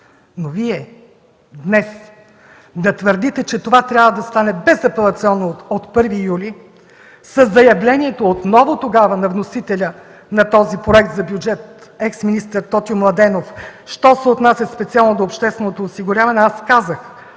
Но да твърдите днес, че това трябва да стане безапелационно от 1 юли, със заявлението отново, тогава на вносителя на този проект за бюджет ексминистър Тотю Младенов: „Що се отнася специално до общественото осигуряване, аз казах